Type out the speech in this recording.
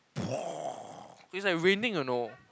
it's like raining you know